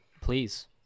Please